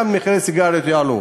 גם מחירי הסיגריות יעלו.